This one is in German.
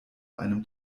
einem